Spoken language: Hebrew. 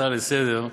לסדר-היום: